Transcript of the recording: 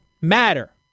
matter